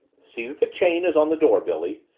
see that the chain is on the door, billy.